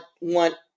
want